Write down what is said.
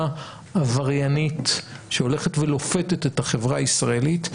עבריינית שהולכת ולופתת את החברה הישראלית,